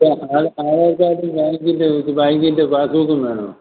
ആധാർ ആധാർ കാർഡും ബാങ്കിൻറെ ഇത് ബാങ്കിൻറെ പാസ്ബുക്കും വേണം